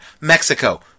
mexico